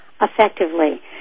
Effectively